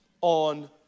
on